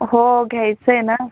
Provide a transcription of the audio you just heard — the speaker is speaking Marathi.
हो घ्यायचं आहे ना